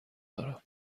دارم